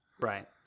Right